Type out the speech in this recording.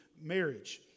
marriage